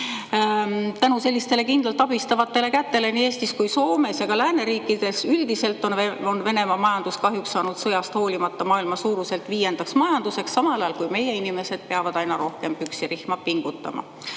sellistele kindlalt abistavatele kätele nii Eestis kui Soomes ja ka lääneriikides üldiselt on Venemaa majandus kahjuks saanud sõjast hoolimata maailma suuruselt viiendaks majanduseks, samal ajal kui meie inimesed peavad aina rohkem püksirihma pingutama. Aga